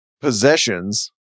possessions